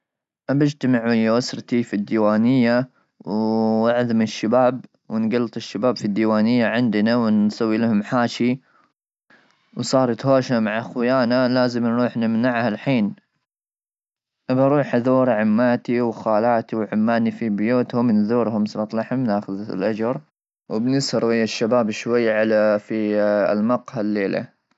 الاجتماعيه اسرتي في الديوانيه ,وعدم الشباب ونقلت الشباب في الديوانيه عندنا, ونسوي لهم حاشي وصارت هوشه مع اخويانا, لازم نروح نمنعها الحين ابي اروح ادور عماتي وخالاتي وعماني في بيوتهم نزورهم صرت لحم ناخذ الاجر ويا الشباب شوي على في المقهى الليله.